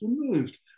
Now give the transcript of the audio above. removed